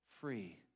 free